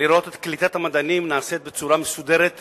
לראות שקליטת המדענים נעשית בצורה מסודרת בישראל.